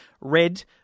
Red